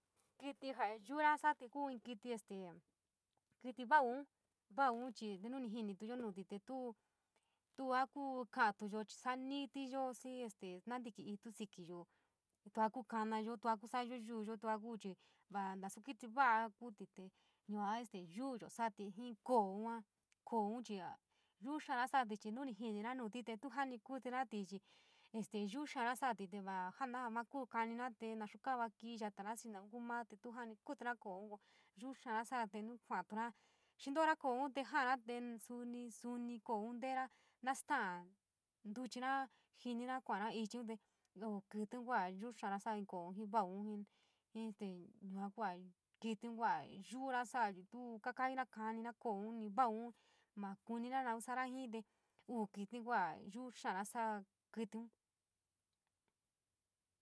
Yas kítí kuu koo yua chii yuuri sa’atí chii kuerku kaa jitotí te hora xii ntasa kuari jikari kua’ari ichi kuari te kenta kítí yua nuri te saana iniri te sí yuutí rruu yua kuutuu jatai iniri kítíun yua chii feu kajitotí jena’atí como jaa tíní nuu kítí kuu koo yuachii nasu ínítí nuutí chii tínítí jena’ati kítí kaka’aturi kuu koo yucha, koo te’eyu, koo yaata, koo kaa soó kaka’aturi jenari jii kítíun te kítín chii feo kajitote jenatí kítí na’anun koo nanun suchii ioo kajitotí te yuuri sa’atí tuu jatairi kístíun.